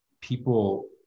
people